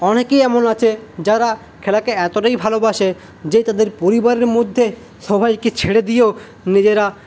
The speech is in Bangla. অনেকেই এমন আছে যারা খেলাকে এতটাই ভালোবাসে যে তাদের পরিবারের মধ্যে সবাইকে ছেড়ে দিয়েও নিজেরা